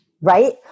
right